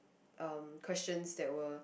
um questions that were